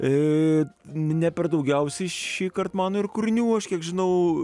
ir ne per daugiausiai šįkart man ir kūrinių aš kiek žinau